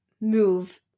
move